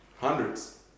Hundreds